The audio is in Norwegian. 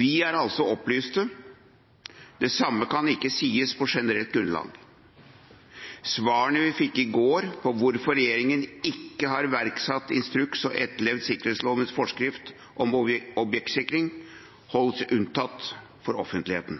Vi er altså opplyst, men det samme kan ikke sies på generelt grunnlag. Svarene vi fikk i går om hvorfor regjeringen ikke har iverksatt instruks og etterlevd sikkerhetslovens forskrift om objektsikring, holdes unntatt offentligheten.